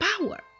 power